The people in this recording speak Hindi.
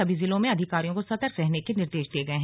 सभी जिलों में अधिकारियों को सतर्क रहने के निर्देश दिये गए हैं